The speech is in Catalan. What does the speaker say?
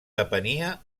depenia